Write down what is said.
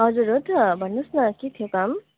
हजुर हो त भन्नुहोस् न के थियो काम